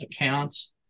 accounts